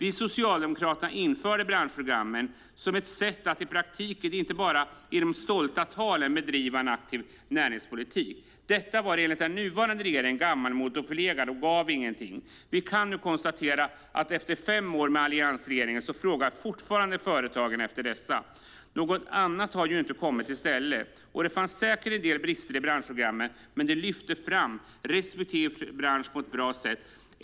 Vi socialdemokrater införde branschprogrammen som ett sätt att i praktiken och inte bara i de stolta talen bedriva en aktiv näringspolitik. Detta var enligt den nuvarande regeringen gammalmodigt och förlegat och gav ingenting. Vi kan nu konstatera att efter fem år med alliansregeringen frågar företagen fortfarande efter dessa. Något annat har ju inte kommit i stället. Det fanns säkert en del brister i branschprogrammen, men de lyfte fram respektive bransch på ett bra sätt.